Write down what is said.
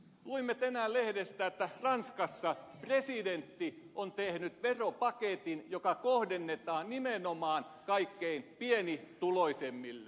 luimme tänään lehdestä että ranskassa presidentti on tehnyt veropaketin joka kohdennetaan nimenomaan kaikkein pienituloisimmille